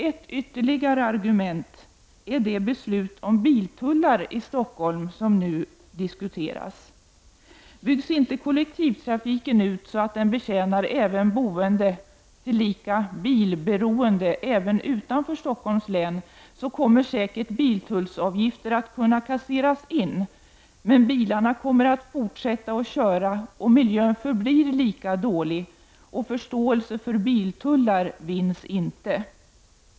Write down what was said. Ett ytterligare argument är det beslut om biltullar i Stockholm som nu diskuteras. Byggs inte kollektivtrafiken ut så att den betjänar även boende, tilllika bilberoende, utanför Stockholms län, kommer säkert biltullsavgifter att kunna kasseras in, men bilarna fortsätter att köra och miljön förblir lika dålig — och förståelse för biltullar vinns inte.